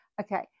okay